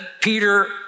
Peter